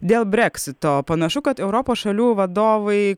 dėl breksito panašu kad europos šalių vadovai